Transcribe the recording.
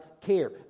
care